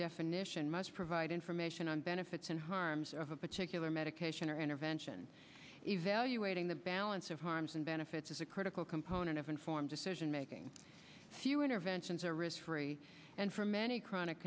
definition must provide information on benefits and harms of a particular medication or intervention evaluating the balance of harms and benefits is a critical component of informed decision making few interventions are risk free and for many chronic